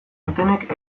dutenek